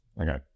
okay